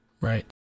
Right